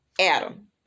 Adam